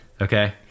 Okay